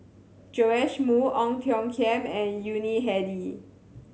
Joash Moo Ong Tiong Khiam and Yuni Hadi